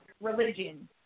religion